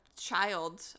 child